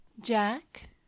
Jack